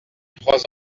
trois